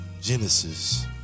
Genesis